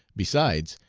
besides,